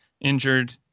injured